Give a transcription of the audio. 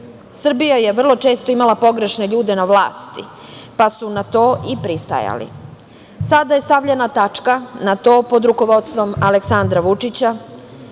Srbija je vrlo često imali pogrešne ljude na vlasti, pa su na to i pristajali. Sada je stavljena tačka na to pod rukovodstvom Aleksandra Vučića.